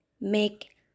make